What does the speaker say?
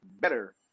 better